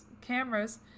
cameras